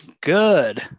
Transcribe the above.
good